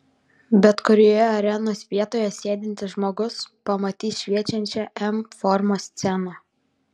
bet kurioje arenos vietoje sėdintis žmogus pamatys šviečiančią m formos sceną